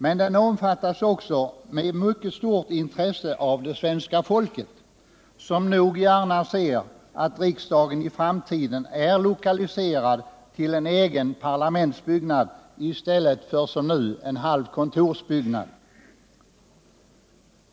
Men den omfattas också med mycket stort intresse av det svenska folket, som nog gärna ser att riksdagen i framtiden är lokaliserad till en egen parlamentsbyggnad i stället för som nu till en halv kontorsbyggnad.